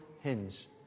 hinge